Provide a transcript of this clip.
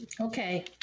Okay